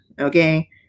Okay